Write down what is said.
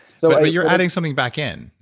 so but you're adding something back in,